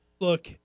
Look